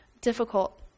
difficult